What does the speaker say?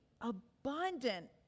abundant